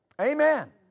Amen